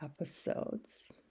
episodes